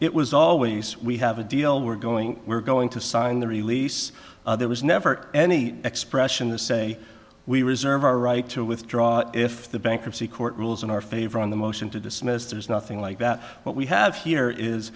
it was always we have a deal we're going we're going to sign the release there was never any expression the say we reserve our right to withdraw if the bankruptcy court rules in our favor on the motion to dismiss there's nothing like that what we have here